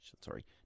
Sorry